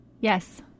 Yes